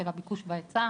של הביקוש וההיצע,